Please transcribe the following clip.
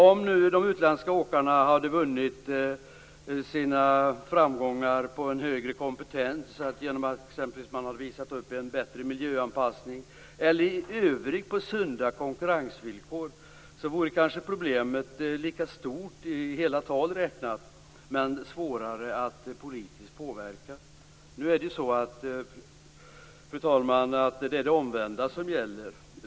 Om de utländska åkarna hade vunnit sina framgångar med en högre kompetens genom att de t.ex. hade visat upp en bättre miljöanpassning, eller i övrigt på sunda konkurrensvillkor vore problemet lika stort i hela tal räknat, men det vore svårare att politiskt påverka situationen. Men det är det omvända som gäller.